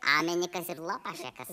amenikas ir lopašekas